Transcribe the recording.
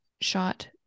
shot